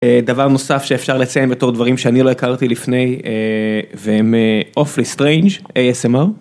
דבר נוסף שאפשר לציין בתור דברים שאני לא הכרתי לפני והם אופלי סטרנג' אייסמ אר.